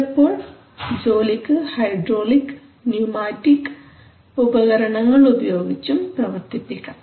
ചിലപ്പോൾ ജോലിക്ക് hydraulic pneumatic ഉപകരണങ്ങൾ ഉപയോഗിച്ചും പ്രവർത്തിപ്പിക്കാം